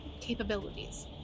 capabilities